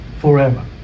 forever